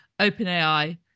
OpenAI